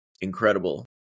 incredible